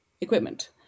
equipment